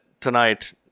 tonight